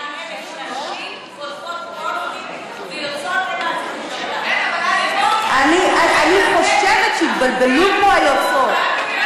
שהנשים כותבות פוסטים ויוצאות אני חושבת שהתבלבלו פה היוצרות.